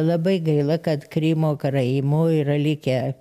labai gaila kad krymo karaimų yra likę